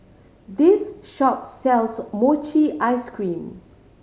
this shop sells mochi ice cream